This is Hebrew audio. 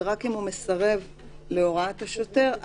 ורק אם הוא מסרב להוראת השוטר,